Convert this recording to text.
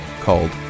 called